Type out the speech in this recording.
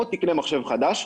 או תקנה מחשב חדש,